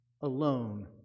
alone